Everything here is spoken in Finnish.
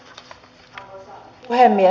arvoisa puhemies